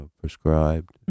prescribed